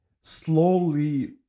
slowly